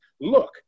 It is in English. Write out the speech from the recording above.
look